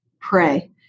Pray